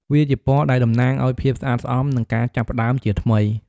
វាជាពណ៌ដែលតំណាងឱ្យ ភាពស្អាតស្អំ និងការចាប់ផ្ដើមជាថ្មី។